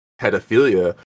pedophilia